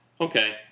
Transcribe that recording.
okay